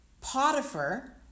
Potiphar